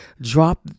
drop